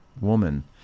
woman